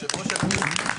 (היו"ר משה גפני)